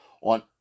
on